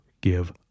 give